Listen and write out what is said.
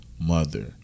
mother